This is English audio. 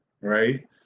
right